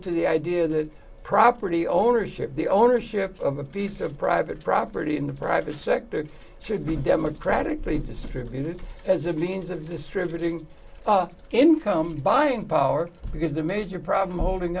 to the idea that property ownership the ownership of a piece of private property in the private sector should be democratically distributed as a means of distributing income buying power because the major problem holding